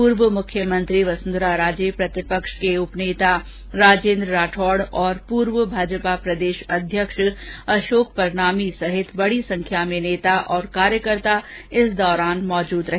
पूर्व मुख्यमंत्री वसुंधरा राजे प्रतिपक्ष के उपनेता राजेन्द्र राठौड और पूर्व भाजपा प्रदेशाध्यक्ष अशोक परनामी सहित बडी संख्या में नेता और कार्यकर्ता इस दौरान मौजूद रहे